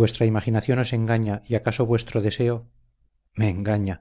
vuestra imaginación os engaña y acaso vuestro deseo me engaña